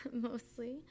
mostly